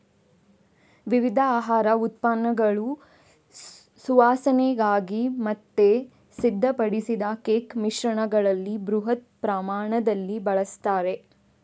ವಿವಿಧ ಆಹಾರ ಉತ್ಪನ್ನಗಳ ಸುವಾಸನೆಗಾಗಿ ಮತ್ತೆ ಸಿದ್ಧಪಡಿಸಿದ ಕೇಕ್ ಮಿಶ್ರಣಗಳಲ್ಲಿ ಬೃಹತ್ ಪ್ರಮಾಣದಲ್ಲಿ ಬಳಸ್ತಾರೆ